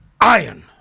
iron